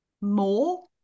more